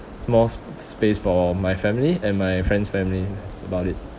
small space for my family and my friend's family that's about it